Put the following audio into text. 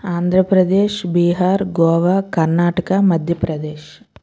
Andhra Pradesh Bihar Goa Karnataka Madhya Pradesh